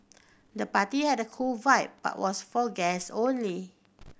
the party had a cool vibe but was for guests only